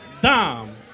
Dom